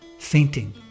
fainting